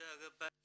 בטאבו,